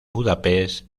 budapest